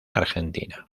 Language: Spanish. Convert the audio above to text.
argentina